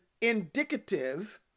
indicative